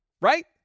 right